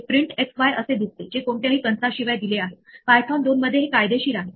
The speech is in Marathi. ट्राय आणि एक्सेप्ट ब्लॉकचा वापर करून आपण एरर चा प्रकार तपासू शकतो आणि त्या प्रकारानुसार योग्य कारवाई करू शकतो